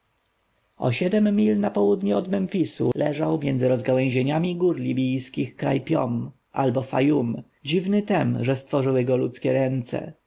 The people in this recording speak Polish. o siedem mil na południe od memfisu leżał między rozgałęzieniami gór libijskich kraj piom albo fayum dziwny tem że stworzyły go ludzkie ręce